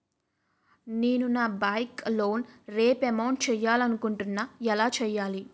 నేను నా bike loan repayment చేయాలనుకుంటున్నా ఎలా చేయాలి?